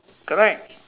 correct